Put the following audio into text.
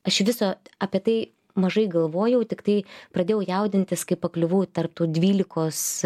aš viso apie tai mažai galvojau tiktai pradėjau jaudintis kai pakliuvau tarp tų dvylikos